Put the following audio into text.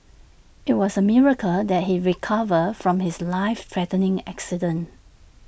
IT was A miracle that he recovered from his life threatening accident